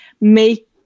make